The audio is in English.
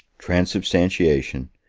transubstantiation,